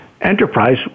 enterprise